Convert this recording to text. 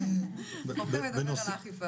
הולכים לדבר על האכיפה.